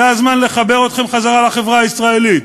זה הזמן לחבר אתכם חזרה לחברה הישראלית,